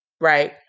right